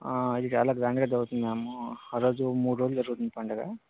ఆ అది చాలా గ్రాండ్ గా జరుగుతుంది మ్యామ్ ఆ రోజు మూడు రోజులు జరుగుతుంది పండగ